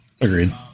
agreed